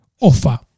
offer